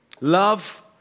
Love